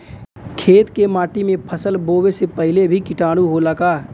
खेत के माटी मे फसल बोवे से पहिले भी किटाणु होला का?